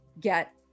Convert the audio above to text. get